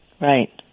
Right